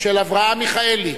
של אברהם מיכאלי,